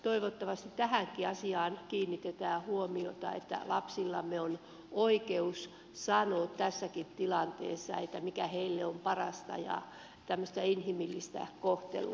toivottavasti tähänkin asiaan kiinnitetään huomiota että lapsillamme on oikeus sanoa tässäkin tilanteessa mikä heille on parasta niin että olisi tämmöistä inhimillistä kohtelua